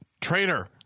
Traitor